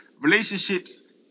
Relationships